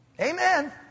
Amen